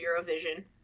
Eurovision